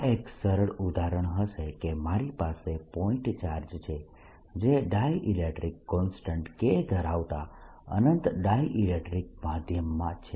આ એક સરળ ઉદાહરણ હશે કે મારી પાસે પોઇન્ટ ચાર્જ છે જે ડાયઈલેક્ટ્રીક કોન્સ્ટન્ટ K ધરાવતા અનંત ડાયઈલેક્ટ્રીક માધ્યમમાં છે